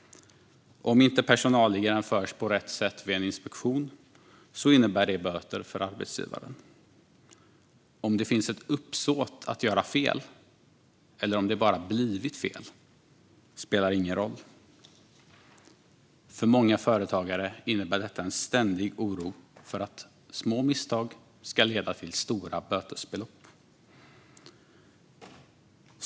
Om personalliggaren vid en inspektion inte har förts på rätt sätt innebär det böter för arbetsgivaren. Om det finns ett uppsåt att göra fel eller om det bara blivit fel spelar ingen roll. För många företagare innebär detta en ständig oro för att små misstag ska leda till stora bötesbelopp.